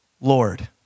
Lord